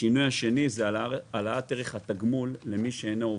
השינוי השני זה העלאת ערך התגמול המינימאלי